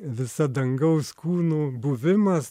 visa dangaus kūnų buvimas